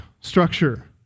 structure